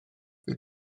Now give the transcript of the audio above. bydd